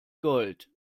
gold